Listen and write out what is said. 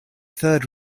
third